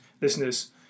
listeners